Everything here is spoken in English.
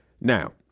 Now